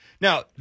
Now